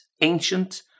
ancient